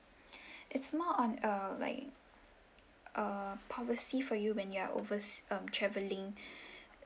it's more on a like uh policy for you when you are overs~ um travelling